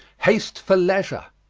haste for leisure.